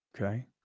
Okay